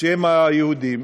שהם היהודים,